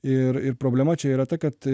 ir ir problema čia yra ta kad